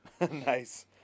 Nice